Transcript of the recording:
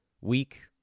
week